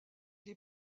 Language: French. les